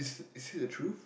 is it the truth